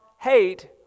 hate